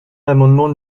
l’amendement